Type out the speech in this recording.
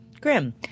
Grim